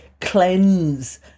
cleanse